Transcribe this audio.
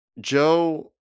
Joe